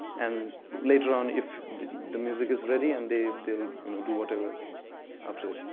and later on if the music is ready, and they'll they'll you know do whatever after.